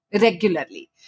regularly